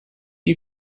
you